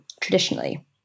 traditionally